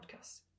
podcast